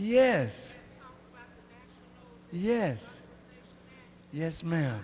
yes yes yes ma'am